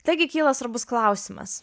taigi kyla svarbus klausimas